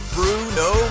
Bruno